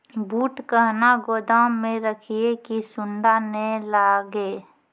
बूट कहना गोदाम मे रखिए की सुंडा नए लागे?